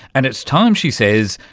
and it's time, she says,